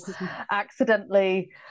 accidentally